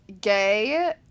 Gay